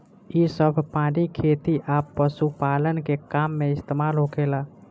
इ सभ पानी खेती आ पशुपालन के काम में इस्तमाल होखेला